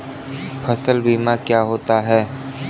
फसल बीमा क्या होता है?